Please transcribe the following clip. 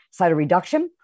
cytoreduction